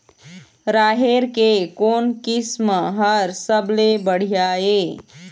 राहेर के कोन किस्म हर सबले बढ़िया ये?